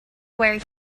where